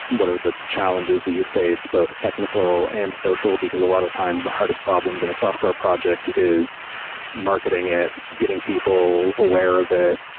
what are the challenges that you've faced both technical and social, because a lot of times the hardest problems in a software project is marketing at getting people aware of it,